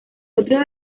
otros